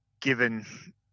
given